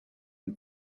the